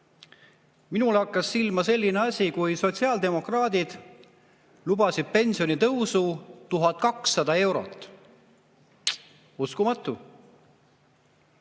Minule hakkas silma selline asi, et sotsiaaldemokraadid lubasid pensionitõusu 1200 euroni. Uskumatu.